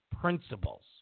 principles